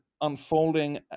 unfolding